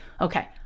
okay